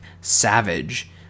savage